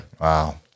Wow